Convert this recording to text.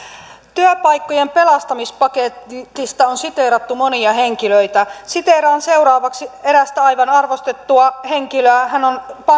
työpaikkojen pelastamispaketista on siteerattu monia henkilöitä siteeraan seuraavaksi erästä aivan arvostettua henkilöä hän on